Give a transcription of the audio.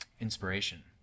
inspiration